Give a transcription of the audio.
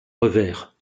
revers